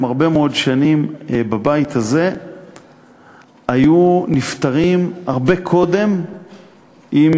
הרבה מאוד שנים בבית הזה היו נפתרים הרבה קודם אם